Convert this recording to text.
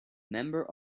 member